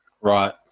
Right